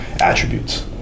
attributes